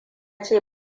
ce